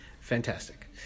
fantastic